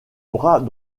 bras